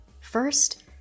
First